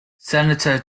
senator